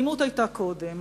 אלימות היתה קודם,